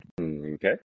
Okay